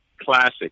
classic